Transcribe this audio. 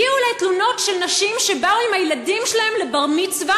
הגיעו אלי תלונות של נשים שבאו עם הילדים שלהן לבר-מצווה,